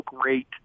great